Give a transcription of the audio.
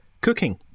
cooking